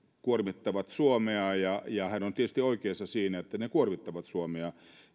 kuormittavat suomea hän on tietysti oikeassa siinä että ne kuormittavat suomea